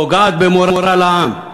פוגעת במורל העם,